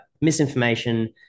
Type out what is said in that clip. misinformation